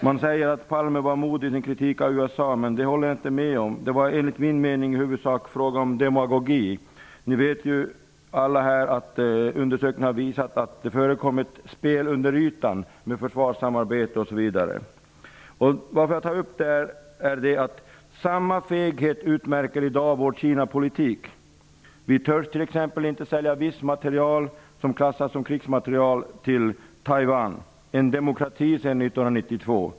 Man säger att Palme var modig i sin kritik av USA, men det håller jag inte med om. Det var enligt min mening i huvudsak fråga om demagogi. Ni vet ju alla att undersökningar har visat att det har förekommit spel under ytan, med försvarssamarbete, osv. Jag tar upp detta därför att samma feghet i dag utmärker vår Kinapolitik. Vi törs t.ex. inte sälja viss materiel som klassas som krigsmateriel till Taiwan, en demokrati sedan 1992.